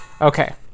okay